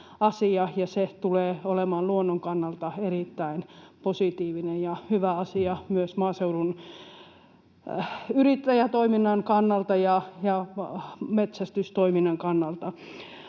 se tulee olemaan luonnon kannalta erittäin positiivinen ja hyvä asia myös maaseudun yrittäjätoiminnan kannalta ja metsästystoiminnan kannalta.